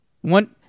One